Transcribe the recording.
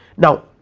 now,